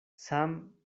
sam